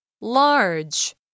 Large